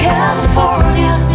California